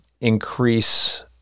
increase